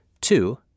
two